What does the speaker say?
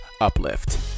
Uplift